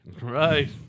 right